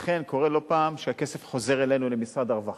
לכן קורה לא פעם שהכסף חוזר אלינו, למשרד הרווחה.